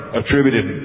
attributed